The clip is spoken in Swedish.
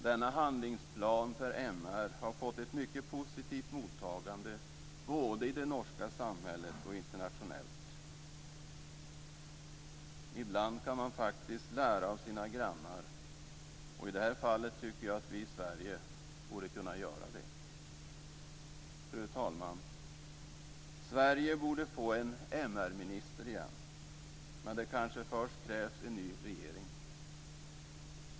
Denna handlingsplan för MR har fått ett mycket positivt mottagande både i det norska samhället och internationellt. Ibland kan man faktiskt lära av sina grannar, och i det här fallet tycker jag att vi i Sverige borde kunna göra det. Fru talman! Sverige borde få en MR-minister igen, men det kanske först krävs en ny regering.